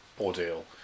ordeal